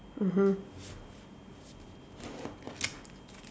mmhmm